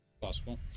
possible